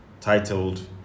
titled